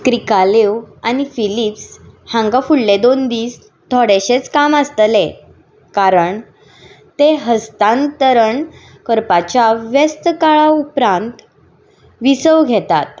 Krikalev आनी Phillips हांकां फुडले दोन दीस थोडेशेंच काम आसतलें कारण ते हस्तांतरण करपाच्या व्यस्त काळा उपरांत विसव घेतात